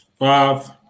Five